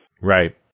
Right